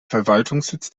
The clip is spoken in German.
verwaltungssitz